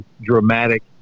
dramatic